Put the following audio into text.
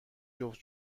جفت